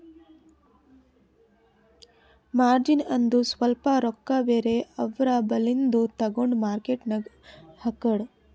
margin ಅಂದುರ್ ಸ್ವಲ್ಪ ರೊಕ್ಕಾ ಬೇರೆ ಅವ್ರ ಬಲ್ಲಿಂದು ತಗೊಂಡ್ ಮಾರ್ಕೇಟ್ ನಾಗ್ ಹಾಕದ್